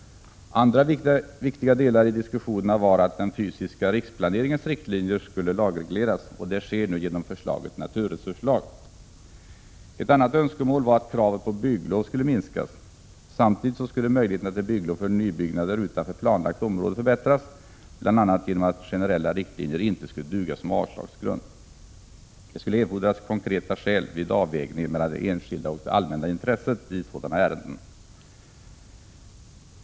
Andra viktiga delar i diskussionerna var att den fysiska riksplaneringens 17 riktlinjer skulle lagregleras. Detta sker nu genom förslaget till naturresurslag. Ett annat önskemål var att kravet på bygglov skulle minskas. Samtidigt skulle möjligheterna till bygglov för nybyggnader utanför planlagt område förbättras, bl.a. genom att generella riktlinjer inte skulle duga som avslagsgrund. Det skulle erfordras konkreta skäl vid avvägningen mellan det enskilda och det allmänna intresset i sådana ärenden.